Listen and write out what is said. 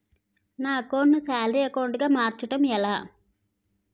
నా అకౌంట్ ను salary account గా మార్చటం ఎలా?